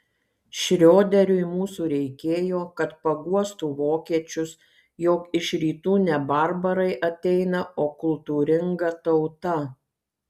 šrioderiui mūsų reikėjo kad paguostų vokiečius jog iš rytų ne barbarai ateina o kultūringa tauta